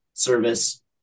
service